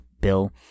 Bill